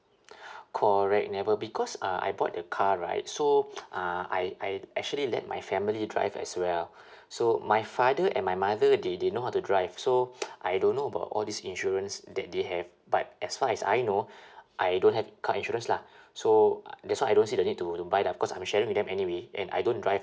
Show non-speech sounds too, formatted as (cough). (breath) correct never because uh I bought the car right so uh I I actually let my family drive as well (breath) so my father and my mother they they know how to drive so I don't know about all this insurance that they have but as far as I know I don't have car insurance lah so that's why I don't see the need to to buy that cause I'm sharing with them anyway and I don't drive